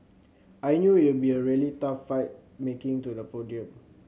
I knew it'll be a really tough fight making to the podium